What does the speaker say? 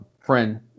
friend